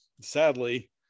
sadly